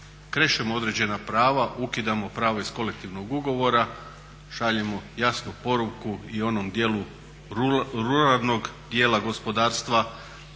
krešemo određena prava ukidamo pravo iz kolektivnog ugovora šaljem jasnu poruku i onom djelu ruralnog djela gospodarstva.